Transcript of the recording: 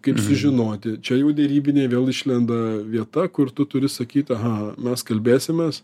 kaip sužinoti čia jau derybinė vėl išlenda vieta kur tu turi sakyt aha mes kalbėsimės